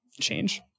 change